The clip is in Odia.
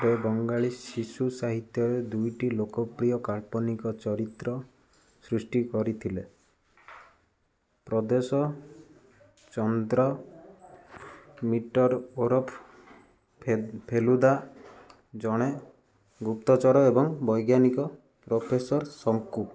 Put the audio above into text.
ରେ ବଙ୍ଗାଳୀ ଶିଶୁ ସାହିତ୍ୟରେ ଦୁଇଟି ଲୋକପ୍ରିୟ କାଳ୍ପନିକ ଚରିତ୍ର ସୃଷ୍ଟି କରିଥିଲେ ପ୍ରଦୋଷ ଚନ୍ଦ୍ର ମିଟର ଓରଫ ଫେଲୁଦା ଜଣେ ଗୁପ୍ତଚର ଏବଂ ବୈଜ୍ଞାନିକ ପ୍ରଫେସର ଶଙ୍କୁ